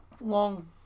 long